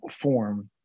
form